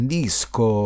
disco